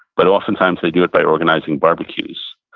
but oftentimes they do it by organizing barbecues.